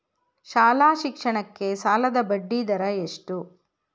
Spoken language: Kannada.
ಶಾಲಾ ಶಿಕ್ಷಣಕ್ಕೆ ಸಾಲದ ಬಡ್ಡಿದರ ಎಷ್ಟು?